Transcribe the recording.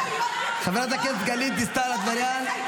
חברת הכנסת גלית דיסטל אטבריאן,